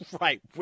Right